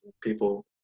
people